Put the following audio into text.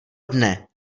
dne